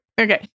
Okay